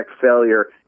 failure